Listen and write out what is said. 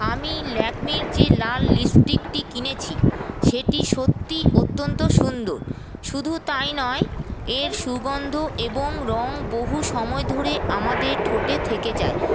আমি ল্যাকমির যে লাল লিপস্টিকটি কিনেছি সেটি সত্যিই অত্যন্ত সুন্দর শুধু তাই নয় এর সুগন্ধ এবং রঙ বহু সময় ধরে আমাদের ঠোঁটে থেকে যায়